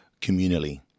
communally